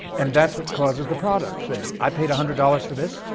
and that's what causes the product thing. i paid a hundred dollars for this?